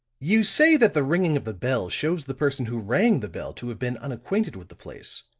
you say that the ringing of the bell shows the person who rang the bell to have been unacquainted with the place.